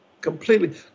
Completely